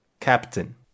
Captain